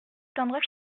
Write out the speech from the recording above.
tendresse